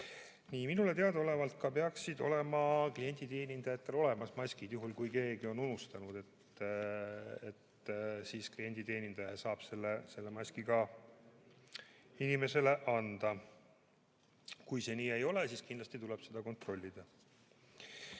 Minule teadaolevalt peaksid olema ka klienditeenindajatel olemas maskid, juhuks kui keegi on unustanud. Siis klienditeenindaja saab selle maski inimesele anda. Kui see nii ei ole, siis kindlasti tuleb seda kontrollida.